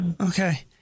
okay